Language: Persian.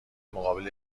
مقابل